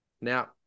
Now